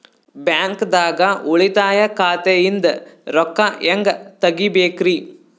ಬ್ಯಾಂಕ್ದಾಗ ಉಳಿತಾಯ ಖಾತೆ ಇಂದ್ ರೊಕ್ಕ ಹೆಂಗ್ ತಗಿಬೇಕ್ರಿ?